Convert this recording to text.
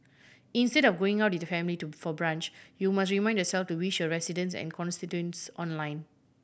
instead of going out with your family to for brunch you must remind yourself to wish your residents and constituents online